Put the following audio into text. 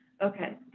Okay